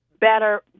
better